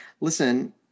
Listen